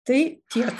tai tiek